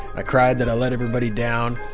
i cried that i let everybody down.